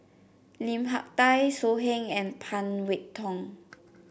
Lim Hak Tai So Heng and Phan Wait Hong